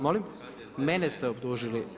Molim? … [[Upadica se ne razumije.]] mene ste optužili.